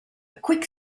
quick